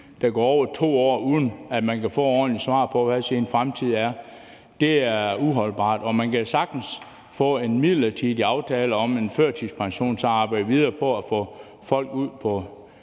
der går over 2 år, uden at man kan få et ordentligt svar på, hvad ens fremtid er, er uholdbart. Man kan sagtens få en midlertidig aftale om en førtidspension og så arbejde videre på at få folk ud på